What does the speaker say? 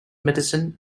medicine